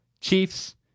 Chiefs